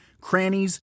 crannies